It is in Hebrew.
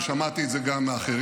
ושמעתי את זה גם מאחרים,